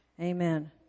Amen